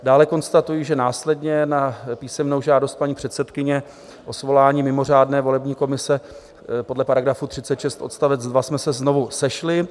Dále konstatuji, že následně na písemnou žádost paní předsedkyně o svolání mimořádné volební komise podle § 36 odst. 2 jsme se znovu sešli.